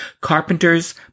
carpenters